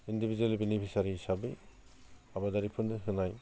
individual beneficiary हिसाबै आबादारिफोरनो होनाय